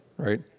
Right